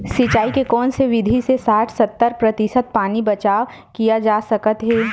सिंचाई के कोन से विधि से साठ सत्तर प्रतिशत पानी बचाव किया जा सकत हे?